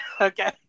Okay